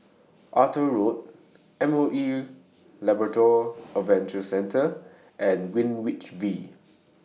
Arthur Road M O E Labrador Adventure Centre and Greenwich V